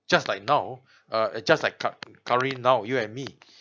just like now uh just like cur~ currently now you and me